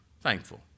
thankful